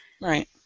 right